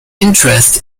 interest